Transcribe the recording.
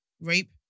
Rape